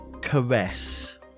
Caress